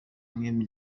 mwembi